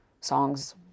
songs